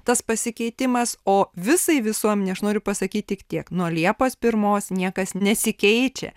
tas pasikeitimas o visai visuomenei aš noriu pasakyt tik tiek nuo liepos pirmos niekas nesikeičia